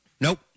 Nope